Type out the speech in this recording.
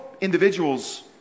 individuals